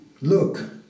look